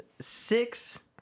six